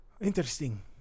Interesting